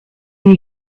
you